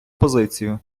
позицію